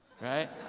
right